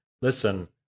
listen